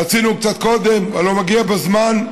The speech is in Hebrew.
רצינו קצת קודם, אבל הוא מגיע בזמן.